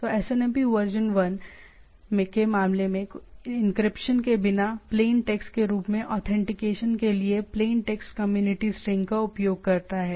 तो SNMP version 1 SNMPv1 के मामले में एन्क्रिप्शन के बिना प्लेन टेक्स्ट के रूप में ऑथेंटिकेशन के लिए प्लेन टेक्स्ट कम्युनिटी स्ट्रिंग का उपयोग करता है